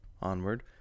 onward